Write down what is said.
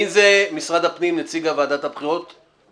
זה דבר שלא יעלה על הדעת, הזוי וחמור.